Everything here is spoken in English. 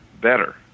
better